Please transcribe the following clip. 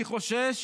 אני חושש